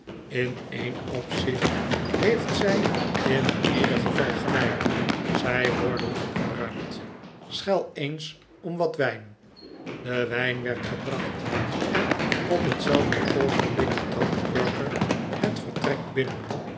in een opzicht he eft zij in ieder geval gelijk zei wardle opgeruimd schel eens om wat wijn de wijn werd gebracht en op hetzelfde oogenblik trad perker het vertrek binnen